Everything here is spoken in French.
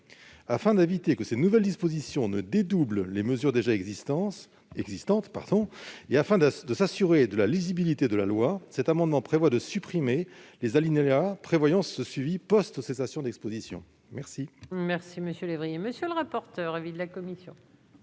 Afin d'éviter que ces nouvelles dispositions ne fassent doublon avec les mesures déjà existantes et afin de garantir la lisibilité de la loi, cet amendement tend à supprimer les alinéas prévoyant ce suivi post-cessation d'exposition. Quel